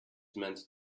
meant